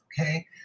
okay